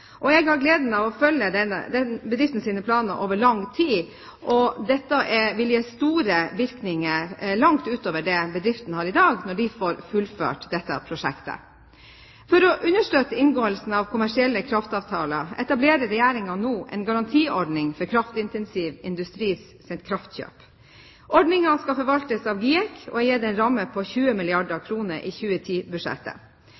Jeg har hatt gleden av å følge bedriftens planer over lang tid, og dette vil gi store virkninger, langt utover det bedriften har i dag, når den får fullført dette prosjektet. For å understøtte inngåelsen av kommersielle kraftavtaler etablerer Regjeringen nå en garantiordning for kraftintensiv industris kraftkjøp. Ordningen skal forvaltes av GIEK og er gitt en ramme på 20 milliarder